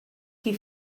qui